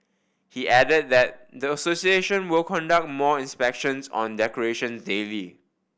he added that the association will conduct more inspections on decorations daily